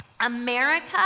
America